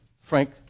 Frank